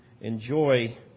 enjoy